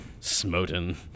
Smoten